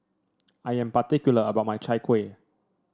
I am particular about my Chai Kuih